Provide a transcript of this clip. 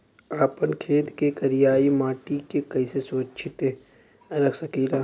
आपन खेत के करियाई माटी के कइसे सुरक्षित रख सकी ला?